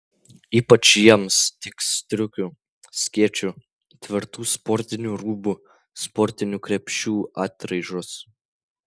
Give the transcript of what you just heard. ypač jiems tiks striukių skėčių tvirtų sportinių rūbų sportinių krepšių atraižos